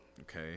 okay